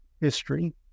history